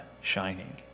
shining